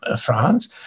France